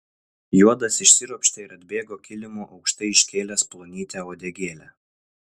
juodas išsiropštė ir atbėgo kilimu aukštai iškėlęs plonytę uodegėlę